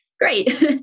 great